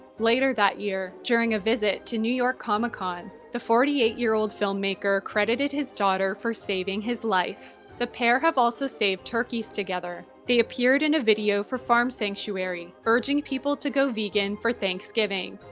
later that year, during a visit to new york comic con, the forty eight year old filmmaker credited his daughter for saving his life. the pair have also saved turkeys together. they appeared in a video for farm sanctuary, urging people to go vegan for thanksgiving.